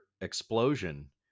explosion